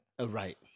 Right